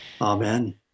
Amen